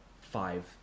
five